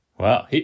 Wow